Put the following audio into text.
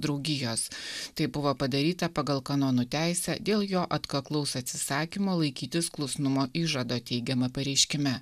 draugijos tai buvo padaryta pagal kanonų teisę dėl jo atkaklaus atsisakymo laikytis klusnumo įžado teigiama pareiškime